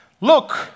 Look